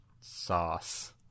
sauce